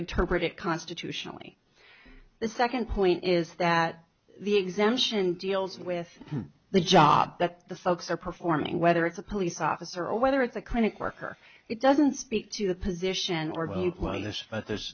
interpret it constitutionally the second point is that the exemption deals with the job that the sox are performing whether it's a police officer or whether it's a clinic worker it doesn't speak to the position or this but there's